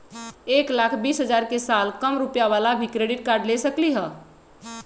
एक लाख बीस हजार के साल कम रुपयावाला भी क्रेडिट कार्ड ले सकली ह?